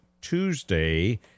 Tuesday